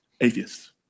atheists